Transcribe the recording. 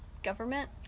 Government